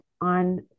on